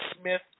Smith